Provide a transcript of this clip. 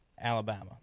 alabama